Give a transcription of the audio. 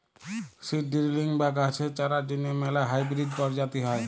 seed drilling বা গাহাচের চারার জ্যনহে ম্যালা হাইবিরিড পরজাতি হ্যয়